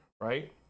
right